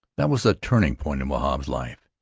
that was a turning-point in wahb's life.